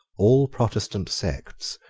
all protestant sects,